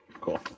cool